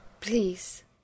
Please